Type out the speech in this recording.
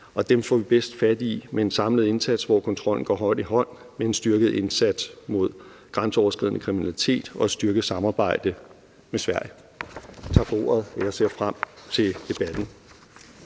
og dem får vi bedst fat i med en samlet indsats, hvor kontrollen går hånd i hånd med en styrket indsats mod grænseoverskridende kriminalitet og et styrket samarbejde med Sverige. Tak for ordet. Jeg ser frem til debatten.